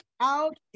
out